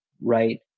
right